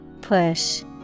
Push